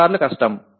కొన్నిసార్లు కష్టం